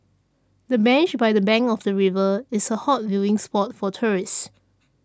the bench by the bank of the river is a hot viewing spot for tourists